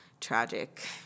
tragic